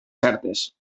certes